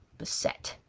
beset!